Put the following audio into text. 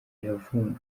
yavumbuye